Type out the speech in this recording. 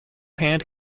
hand